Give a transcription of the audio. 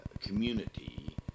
community